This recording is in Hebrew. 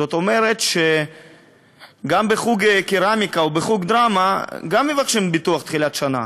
זאת אומרת שגם בחוג קרמיקה וגם בחוג דרמה מבקשים ביטוח בתחילת שנה,